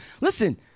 Listen